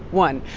one.